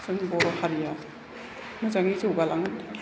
जों बर' हारिया मोजाङै जौगालाङो